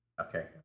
Okay